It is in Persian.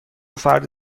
فرد